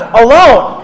alone